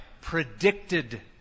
predicted